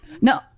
No